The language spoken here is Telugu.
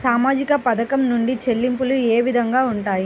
సామాజిక పథకం నుండి చెల్లింపులు ఏ విధంగా ఉంటాయి?